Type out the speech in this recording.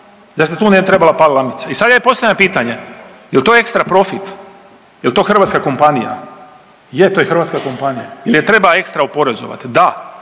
zar se tu ne bi trebala palit lampica? I sad ja postavljam pitanje, jel to ekstra profit, jel to hrvatska kompanija? Je to je hrvatska kompanija. Jel je treba ekstra oporezovat? Da.